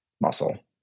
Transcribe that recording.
muscle